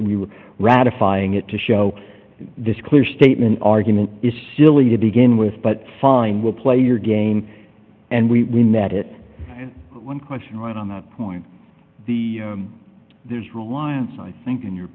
were ratifying it to show this clear statement argument is silly to begin with but fine we'll play your game and we met it one question right on that point the there's reliance i think in your